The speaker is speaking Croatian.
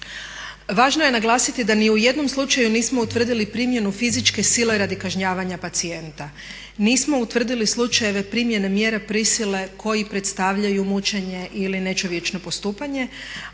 Važno je naglasiti da ni u jednom slučaju nismo utvrdili primjenu fizičke sile radi kažnjavanja pacijenta. Nismo utvrdili slučajeve primjene mjere prisile koji predstavljaju mučenje ili nečovječno postupanje,